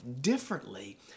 differently